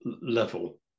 level